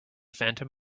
phantom